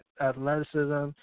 athleticism